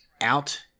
out